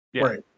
Right